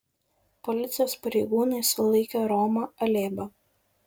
policijos pareigūnai sulaikė romą alėbą